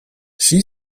she